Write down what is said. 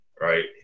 right